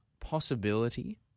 possibility